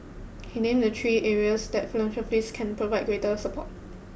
he named the three areas that Philanthropists can provide greater support